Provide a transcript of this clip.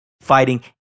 fighting